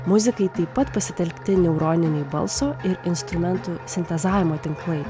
muzikai taip pat pasitelkti neuroniniai balso ir instrumentų sintezavimo tinklai